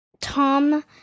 Tom